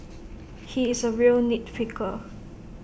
he is A real nit picker